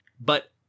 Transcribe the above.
But-